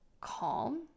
calm